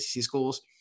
schools